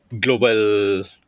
global